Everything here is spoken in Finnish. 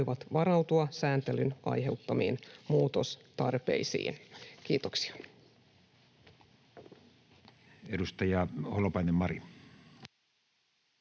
voivat varautua sääntelyn aiheuttamiin muutostarpeisiin. — Kiitoksia. [Speech 214] Speaker: